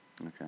Okay